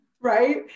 right